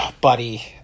buddy